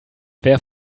wer